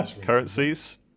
currencies